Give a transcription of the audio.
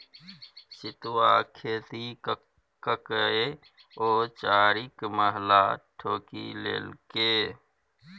सितुआक खेती ककए ओ चारिमहला ठोकि लेलकै